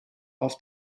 auf